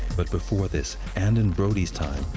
but before this, and in brodie's time,